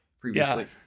previously